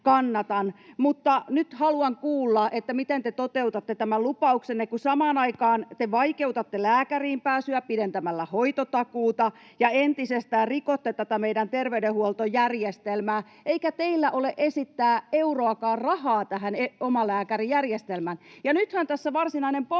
nyt haluan kuulla, miten te toteutatte tämän lupauksenne, kun samaan aikaan te vaikeutatte lääkäriin pääsyä pidentämällä hoitotakuuta ja entisestään rikotte tätä meidän terveydenhuoltojärjestelmää, eikä teillä ole esittää euroakaan rahaa tähän omalääkärijärjestelmään. Ja nythän tässä varsinainen pommi